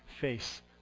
face